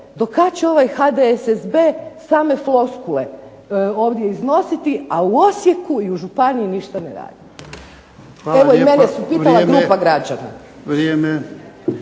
dokad će ovaj HDSSB same floskule ovdje iznositi, a u Osijeku i u županiji ništa ne rade. **Jarnjak, Ivan (HDZ)** Hvala